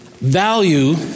Value